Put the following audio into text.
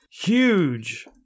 huge –